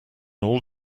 all